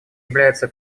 является